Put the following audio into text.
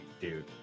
dude